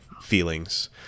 feelings